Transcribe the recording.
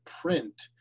print